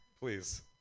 Please